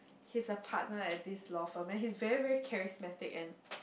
he's a partner at this law firm and he's very very charismatic and